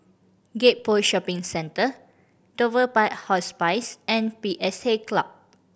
Gek Poh Shopping Centre Dover Park Hospice and P S A Club